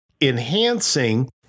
Enhancing